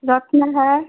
রত্না হ্যাঁ